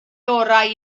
orau